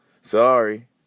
sorry